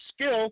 skill